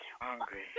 Hungry